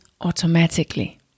automatically